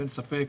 אין ספק,